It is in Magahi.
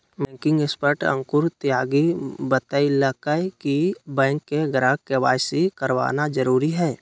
बैंकिंग एक्सपर्ट अंकुर त्यागी बतयलकय कि बैंक के ग्राहक के.वाई.सी करवाना जरुरी हइ